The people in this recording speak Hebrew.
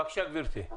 בבקשה, גברתי.